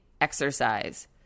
exercise